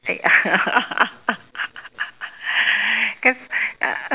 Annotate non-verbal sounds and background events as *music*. *laughs* cause uh